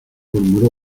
murmuró